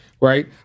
right